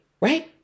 right